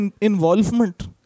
involvement